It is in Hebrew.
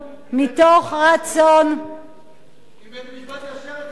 אם בית-המשפט יאשר את זה,